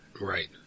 right